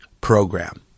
program